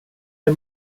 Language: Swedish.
dig